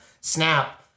Snap